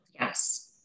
Yes